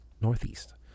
northeast